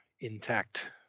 intact